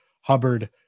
Hubbard